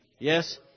Yes